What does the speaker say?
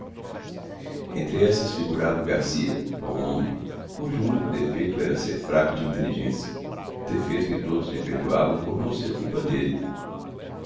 entre essas figurava o garcia bom homem cujo único defeito era ser fraco de inteligência defeito que todos lhe perdoavam por não ser culpa dele